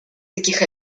таких